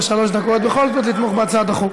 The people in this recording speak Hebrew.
שלוש דקות בכל זאת לתמוך בהצעת החוק.